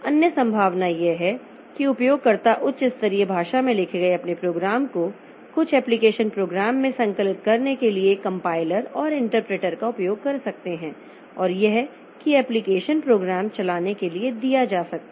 अन्य संभावना यह है कि उपयोगकर्ता उच्च स्तरीय भाषा में लिखे गए अपने प्रोग्राम को कुछ एप्लिकेशन प्रोग्राम में संकलित करने के लिए कंपाइलर और इंटरप्रेटर का उपयोग कर सकते हैं और यह कि एप्लिकेशन प्रोग्राम चलाने के लिए दिया जा सकता है